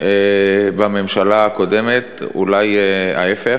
בממשלה הקודמת, אולי ההפך.